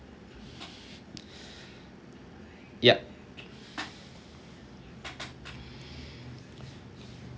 yup